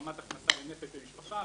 רמת הכנסה לנפש למשפחה,